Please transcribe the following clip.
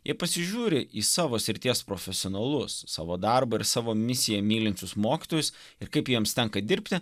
jei pasižiūri į savo srities profesionalus savo darbą ir savo misiją mylinčius mokytojus ir kaip jiems tenka dirbti